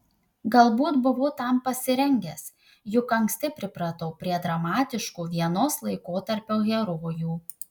galbūt buvau tam pasirengęs juk anksti pripratau prie dramatiškų vienos laikotarpio herojų